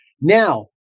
Now